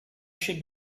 should